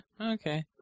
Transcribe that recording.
okay